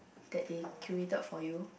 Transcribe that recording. that they curated for you